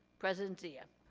president zia.